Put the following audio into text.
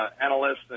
analysts